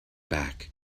back